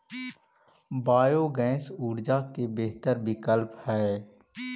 biogas ऊर्जा के बेहतर विकल्प हई